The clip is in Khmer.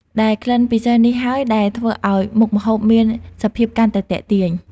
ដែល ក្លិនពិសេសនេះហើយដែលធ្វើឲ្យមុខម្ហូបមានសភាពកាន់តែទាក់ទាញ។